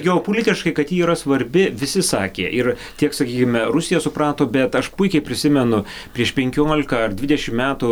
geopolitiškai kad ji yra svarbi visi sakė ir tiek sakykime rusija suprato bet aš puikiai prisimenu prieš penkiolika ar dvidešimt metų